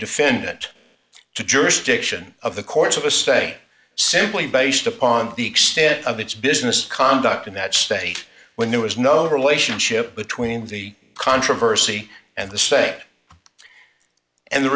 defendant to jurisdiction of the courts of a say simply based upon the extent of its business conduct in that state when there was no relationship between the controversy and the say and the